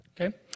Okay